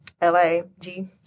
L-A-G